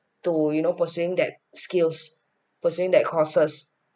to you know pursuing that skills pursuing that courses